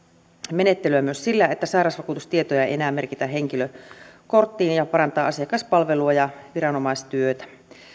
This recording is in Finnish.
menettelyä myös sillä että sairausvakuutustietoja ei enää merkitä henkilökorttiin tämä parantaa asiakaspalvelua ja viranomaistyötä